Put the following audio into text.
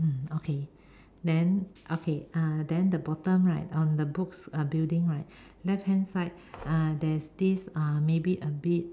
mm okay then okay uh then the bottom right on the books uh building right left hand side uh there's this uh maybe a bit